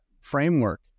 framework